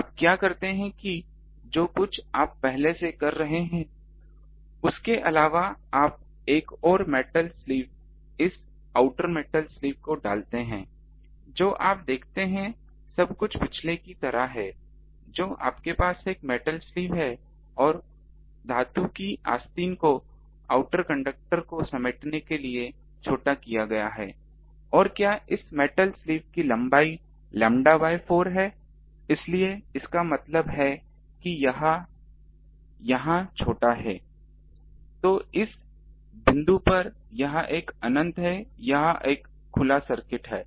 आप क्या करते हैं कि जो कुछ आप पहले से कर रहे हैं उसके अलावा आप एक और मेटल स्लीव इस आउटर मेटल स्लीव को डालते हैं जो आप देखते हैं सब कुछ पिछले की तरह है जो आपके पास एक मेटल स्लीव है और उस धातु की आस्तीन को आउटर कंडक्टर को समेटने के लिए छोटा किया गया है और क्या इस मेटल स्लीव की लंबाई लैम्ब्डा बाय 4 है इसलिए इसका मतलब है कि यह यहां छोटा है तो इस बिंदु पर यह एक अनंत है यह एक खुला सर्किट है